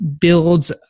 builds